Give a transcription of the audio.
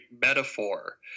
metaphor